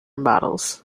models